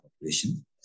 population